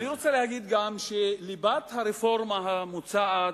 אני רוצה לומר גם שליבת הרפורמה המוצעת